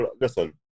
listen